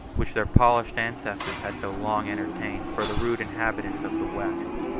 which their polished ancestors had so long entertained for the rude inhabitants of the west.